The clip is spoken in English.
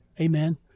amen